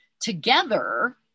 together